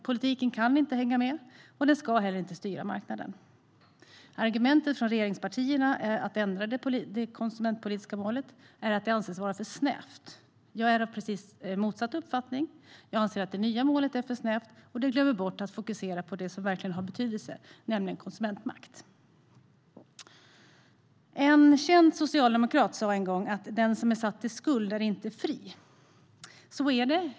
Politiken kan inte hänga med, och den ska inte heller styra marknaden. Argumentet från regeringspartierna för att ändra det konsumentpolitiska målet är att det anses vara för snävt. Jag är av precis motsatt uppfattning. Jag anser att det nya målet är för snävt och att det glömmer bort att fokusera på det som verkligen har betydelse, nämligen konsumentmakt. En känd socialdemokrat sa en gång att den som är satt i skuld inte är fri. Så är det.